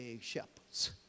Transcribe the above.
shepherds